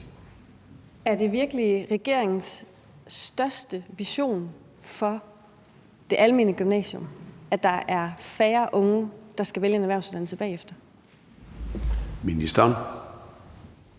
Er det virkelig regeringens største vision for det almene gymnasium, at der er færre unge, der skal vælge en erhvervsuddannelse bagefter? Kl.